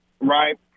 right